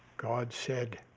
god said,